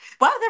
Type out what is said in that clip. Wow